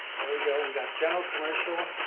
there we go, we got general commercial,